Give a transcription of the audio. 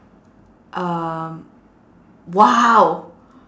um !wow!